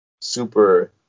super